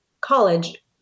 college